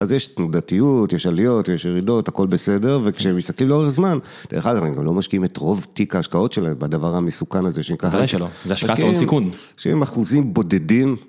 אז יש תנודתיות, יש עליות, יש ירידות, הכול בסדר. וכשהם מסתכלים לאורך זמן... דרך אגב, הם גם לא משקיעים את רוב תיק ההשקעות שלהם בדבר המסוכן הזה בוודאי שלא, זה השקעת הון סיכון. שהם אחוזים בודדים.